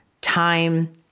time